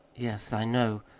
yes, i know.